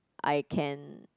I can